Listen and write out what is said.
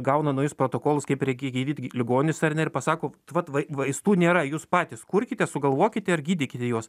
gauna naujus protokolus kaip reikia gydyt ligonius ar ne ir pasakot vat vai vaistų nėra jūs patys kurkite sugalvokite ir gydykite juos